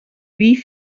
wie